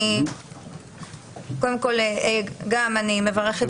קודם כל, אני מברכת